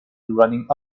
running